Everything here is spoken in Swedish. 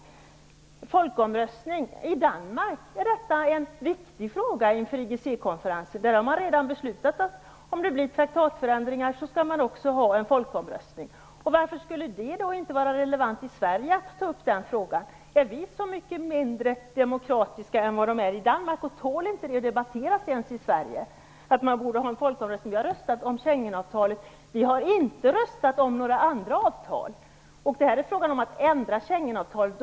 I Danmark är folkomröstning en viktig fråga inför IGC-konferensen. De har redan beslutat att ha en folkomröstning om det blir traktatförändringar. Varför skulle det inte vara relevant att ta upp den frågan i Sverige? Är vi så mycket mindre demokratiska än vad man är i Danmark? Tål inte frågan om folkomröstning ens att debatteras i Sverige? Vi har röstat om Schengen-avtalet. Vi har inte röstat om några andra avtal. Det är fråga om att ändra Schengen-avtalet.